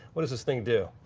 what does this thing do?